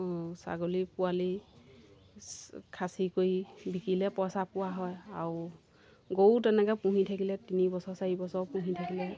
ছাগলী পোৱালি খাচী কৰি বিকিলে পইচা পোৱা হয় আৰু গৰুও তেনেকৈ পুহি থাকিলে তিনিবছৰ চাৰিবছৰ পুহি থাকিলে